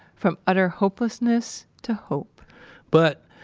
from utter hopelessness to hope but,